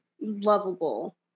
lovable